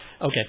Okay